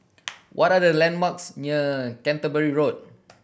what are the landmarks near Canterbury Road